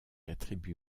attribue